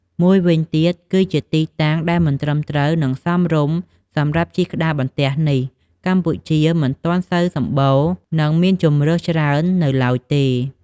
មួយវិញទៀតគឺទីតាំងដែលត្រឹមត្រូវ និងសមរម្យសម្រាប់ជិះស្គីក្ដារបន្ទះនេះ កម្ពុជាយើងមិនទាន់សូវសម្បូរ និងមានជម្រើសច្រើននៅឡើយទេ។